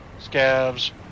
scavs